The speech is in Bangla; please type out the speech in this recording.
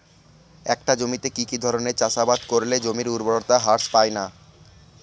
একটা জমিতে কি কি ধরনের চাষাবাদ করলে জমির উর্বরতা হ্রাস পায়না?